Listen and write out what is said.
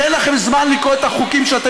שאין לכם זמן לקרוא את החוקים שאתם